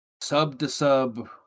sub-to-sub